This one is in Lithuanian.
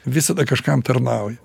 visada kažkam tarnauja